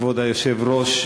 כבוד היושב-ראש,